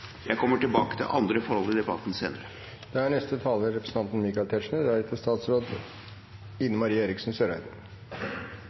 Jeg kommer tilbake til andre forhold i debatten